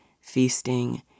feasting